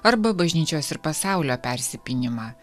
arba bažnyčios ir pasaulio persipynimą